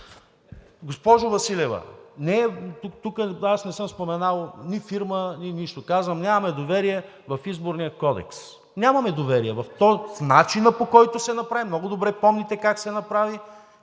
Госпожо Василева, аз не съм споменал нито фирма, нито нищо. Казвам, че нямаме доверие в Изборния кодекс! Нямаме доверие в начина, по който се направи. Много добре помните как се направи